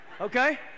Okay